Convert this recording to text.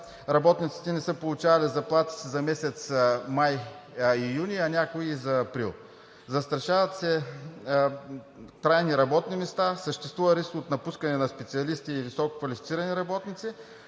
работниците не са получавали заплатите си за месеците май и юни, а някои и за април. Застрашават се трайни работни места, съществува риск от напускане на специалисти и висококвалифицирани работници,